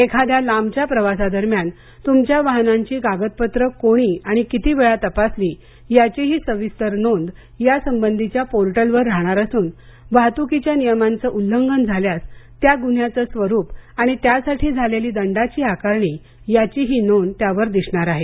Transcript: एखाद्या लांबच्या प्रवासादरम्यान तुमच्या वाहनांची कागदपत्रे कोणी आणि कितीवेळा तपासली याचीही सविस्तर नोंद यासंबंधीच्या पोर्टलवर राहणार असून वाहतुकीच्या नियमांच उल्लंघन झाल्यास त्या गुन्ह्याचं स्वरूप आणि त्यासाठी झालेली दंडाची आकारणी याचीही नोंद त्यावर दिसणार आहे